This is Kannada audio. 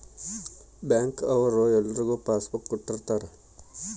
ಬ್ಯಾಂಕ್ ಅವ್ರು ಎಲ್ರಿಗೂ ಪಾಸ್ ಬುಕ್ ಕೊಟ್ಟಿರ್ತರ